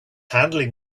handling